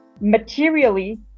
materially